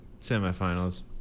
semifinals